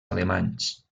alemanys